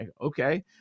okay